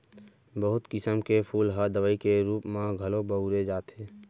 बहुत किसम के फूल ल दवई के रूप म घलौ बउरे जाथे